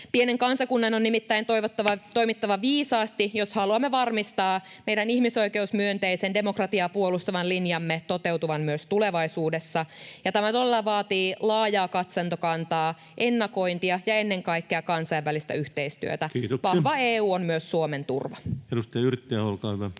Pienen kansakunnan on nimittäin toimittava viisaasti, jos haluamme varmistaa meidän ihmisoikeusmyönteisen demokratiaa puolustavan linjamme toteutuvan myös tulevaisuudessa, ja tämä todella vaatii laajaa katsantokantaa, ennakointia ja ennen kaikkea kansainvälistä yhteistyötä. Vahva EU on myös Suomen turva. Kiitoksia. — Edustaja Yrittiaho, olkaa hyvä.